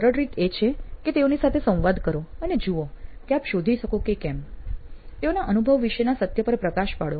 સરળ રીત એ છે કે તેઓની સાથે સંવાદ કરો અને જુઓ કે આપ શોધી શકો કે કેમ તેઓના અનુભવ વિષેના સત્ય પર પ્રકાશ પાડો